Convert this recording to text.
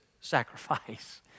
sacrifice